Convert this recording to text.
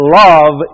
love